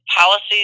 policies